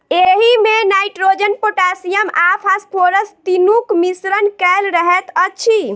एहिमे nitrogen, potassium आ phosphorus तीनूक मिश्रण कएल रहैत अछि